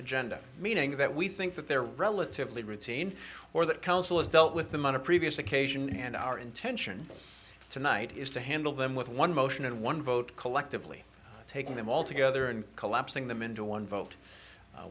agenda meaning that we think that they're relatively routine or that council has dealt with them on a previous occasion and our intention tonight is to handle them with one motion and one vote collectively taking them all together and collapsing them into one vote